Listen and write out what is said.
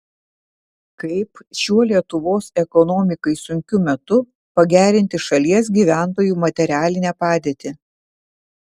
kaip šiuo lietuvos ekonomikai sunkiu metu pagerinti šalies gyventojų materialinę padėtį